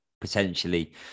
potentially